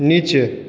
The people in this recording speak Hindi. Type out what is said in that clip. नीचे